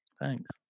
Thanks